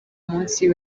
munsi